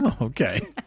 Okay